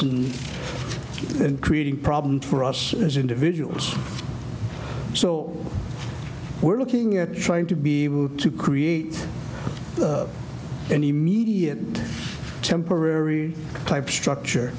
backyards and creating problems for us as individuals so we're looking at trying to be able to create any media temporary type structure